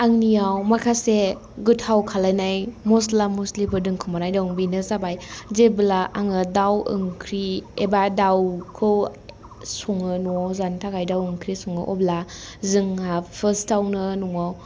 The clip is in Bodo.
आंनिआव माखासे गोथाव खालायनाय मस्ला मस्लिफोर दोनखुमानाय दं बेनो जाबाय जेब्ला आङो दाव ओंख्रि एबा दावखौ सङो न'आव जानो थाखाय दाव ओंख्रि सङो अब्ला जोंहा फार्स्टआवनो न'आव